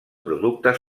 productes